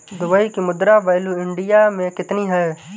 Dubai की मुद्रा value India मे कितनी है?